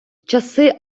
часи